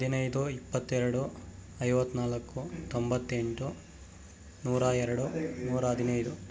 ಹದಿನೈದು ಇಪ್ಪತ್ತೆರಡು ಐವತ್ತ್ನಾಲ್ಕು ತೊಂಬತ್ತೆಂಟು ನೂರ ಎರಡು ನೂರ ಹದಿನೈದು